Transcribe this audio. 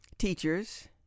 teachers